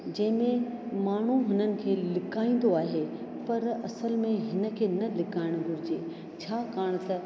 जंहिंमें माण्हू हुननि खे लिकाईंदो आहे पर असुल में हिन खे न लिकाइणु घुरिजे छाकाणि त